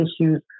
issues